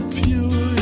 pure